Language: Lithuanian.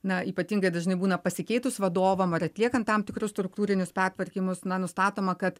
na ypatingai dažnai būna pasikeitus vadovam ar atliekant tam tikrus struktūrinius pertvarkymus na nustatoma kad